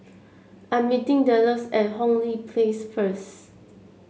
I'm meeting Delos at Hong Lee Place first